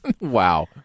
Wow